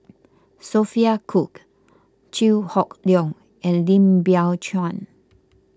Sophia Cooke Chew Hock Leong and Lim Biow Chuan